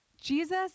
Jesus